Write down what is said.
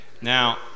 Now